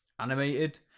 animated